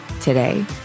Today